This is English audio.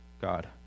God